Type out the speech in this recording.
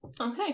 Okay